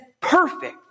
perfect